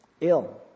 ill